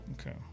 okay